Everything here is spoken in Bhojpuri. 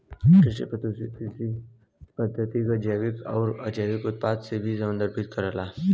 कृषि प्रदूषण कृषि पद्धति क जैविक आउर अजैविक उत्पाद के भी संदर्भित करेला